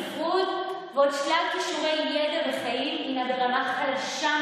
ספרות ועוד שלל כישורי ידע וחיים היא ברמה חלשה מאוד,